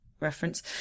Reference